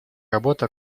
работа